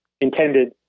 intended